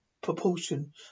proportion